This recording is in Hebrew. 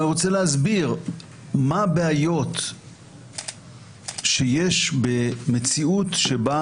אני רוצה להסביר מה הבעיות שיש במציאות שבה